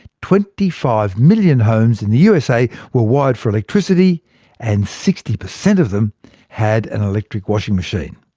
twenty five million homes in the usa were wired for electricity and sixty percent of them had an electric washing machine.